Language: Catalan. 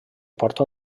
porta